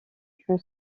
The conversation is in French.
jusqu’au